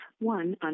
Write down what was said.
one